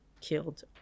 killed